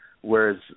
Whereas